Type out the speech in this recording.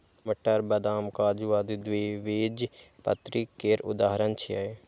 मटर, बदाम, काजू आदि द्विबीजपत्री केर उदाहरण छियै